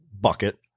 bucket